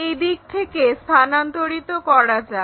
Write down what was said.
এই দিক থেকে স্থানান্তরিত করা যাক